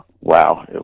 Wow